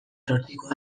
zortzikoa